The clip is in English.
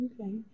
Okay